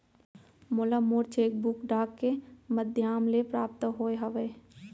मोला मोर cheque book डाक के मध्याम ले प्राप्त होय हवे